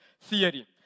theory